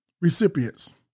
recipients